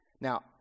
Now